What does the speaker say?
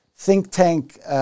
think-tank